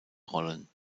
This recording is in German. rollen